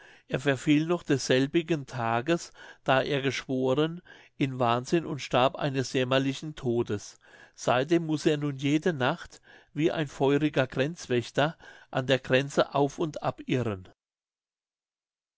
er verfiel noch desselbigen tages da er geschworen in wahnsinn und starb eines jämmerlichen todes seitdem muß er nun jede nacht wie ein feuriger grenzwächter an der grenze auf und ab irren